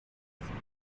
lessons